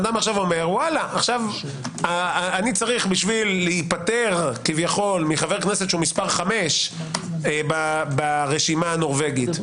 אדם אומר: אני צריך בשביל להתפטר מחבר כנסת מס' 5 ברשימה הנורבגית,